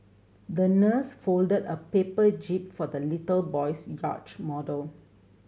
the nurse folded a paper jib for the little boy's yacht model